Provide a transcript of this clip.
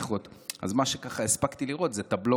אז מה שהספקתי לראות זה את הבלוג של מאי,